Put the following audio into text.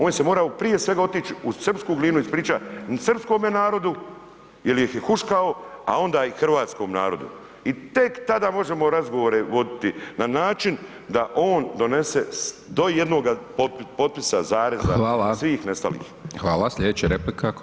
On se morao prije svega otić u srpsku Glinu ispričat srpskome narodu jel ih je huškao, a onda i hrvatskom narodu i tek tada možemo razgovore voditi na način da on donese do jednoga potpisa, zareza [[Upadica: Hvala]] svih nestalih.